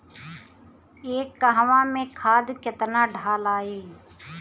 एक कहवा मे खाद केतना ढालाई?